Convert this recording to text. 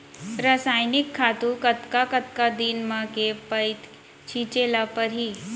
रसायनिक खातू कतका कतका दिन म, के पइत छिंचे ल परहि?